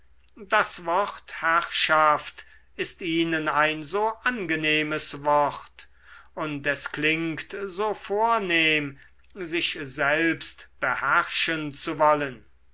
das wort herrschaft ist ihnen ein so angenehmes wort und es klingt so vornehm sich selbst beherrschen zu wollen